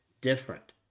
different